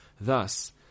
Thus